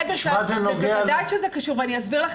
מה זה נוגע להצעת החוק?